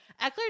Eckler